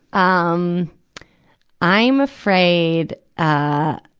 um i'm afraid, ah,